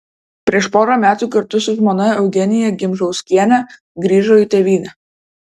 prieš porą metų kartu su žmona eugenija gimžauskiene grįžo į tėvynę